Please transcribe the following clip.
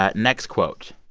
ah next quote,